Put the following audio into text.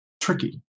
tricky